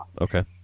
Okay